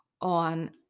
on